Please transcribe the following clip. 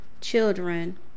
children